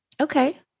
Okay